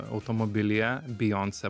automobilyje bijoncė